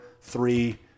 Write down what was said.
three